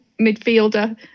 midfielder